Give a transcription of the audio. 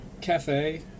cafe